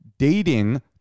Dating